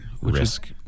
Risk